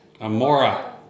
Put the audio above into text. Amora